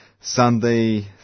Sunday